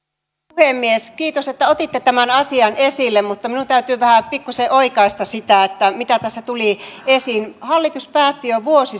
puhemies kiitos että otitte tämän asian esille mutta minun täytyy pikkuisen oikaista sitä mitä tässä tuli esiin hallitus päätti jo vuosi